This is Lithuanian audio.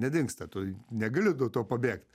nedingsta tu negali nuo to pabėgt